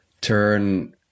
turn